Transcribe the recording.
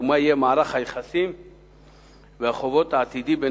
ומה יהיה מערך היחסים והחובות העתידי בין